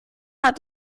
hat